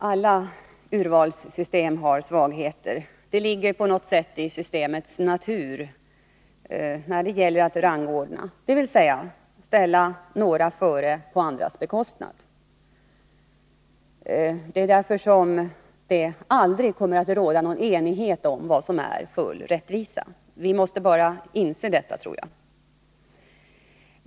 Fru talman! Alla urvalssystem har sina svagheter. Det ligger på något sätt i systemets natur när det gäller att rangordna, dvs. ställa några före på andras bekostnad. Det är därför som det aldrig kommer att råda enighet om vad som är full rättvisa. Vi måste inse detta.